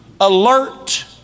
alert